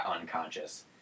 unconscious